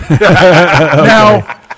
Now